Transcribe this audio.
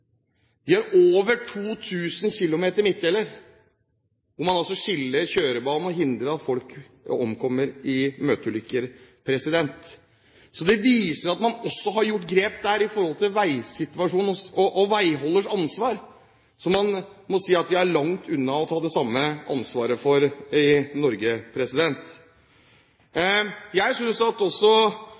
De har over 2 000 km med midtdelere, hvor man skiller kjørebanene og hindrer at folk omkommer i møteulykker. Det viser at man også har gjort grep der i forhold til veisituasjonen og veiholders ansvar, som man er langt unna å ta ansvaret for i Norge. Jeg hører også at